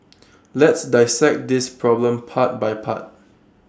let's dissect this problem part by part